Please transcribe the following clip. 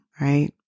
right